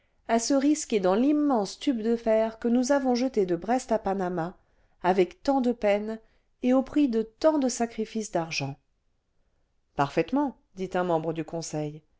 à se risquer dans l'immense tube de fer que nous avons jeté de brest à panama avec tant de peines et au prix cle tant de sacrifices d'argent le vingtième siècle parfaitement dit un membre du conseil